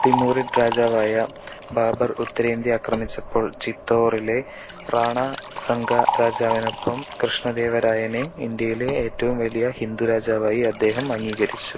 Timurid രാജാവായ ബാബർ ഉത്തരേന്ത്യ അക്രമിച്ചപ്പോൾ ചിത്തോറിലെ റാണാസംഗ രാജാവിനൊപ്പം കൃഷ്ണദേവരായനെ ഇന്ത്യയിലെ ഏറ്റവും വലിയ ഹിന്ദു രാജാവായി അദ്ദേഹം അംഗീകരിച്ചു